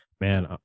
man